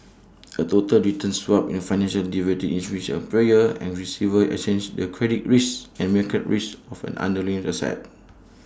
A total return swap in financial derivative in which A payer and receiver exchange the credit risk and market risk of an underlying asset